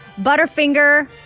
Butterfinger